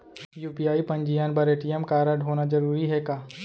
UPI पंजीयन बर ATM कारडहोना जरूरी हे का?